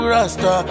Rasta